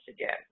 again